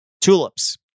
Tulips